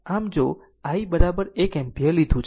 આમ જો i 1 ampere લીધું છે